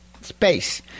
space